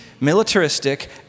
militaristic